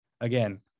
again